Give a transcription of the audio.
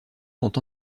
sont